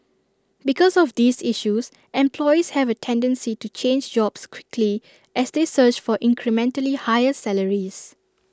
because of these issues employees have A tendency to change jobs quickly as they search for incrementally higher salaries